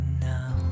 now